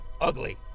ugly